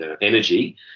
energy